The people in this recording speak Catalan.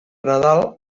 nadal